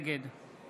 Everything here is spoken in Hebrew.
נגד